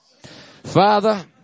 Father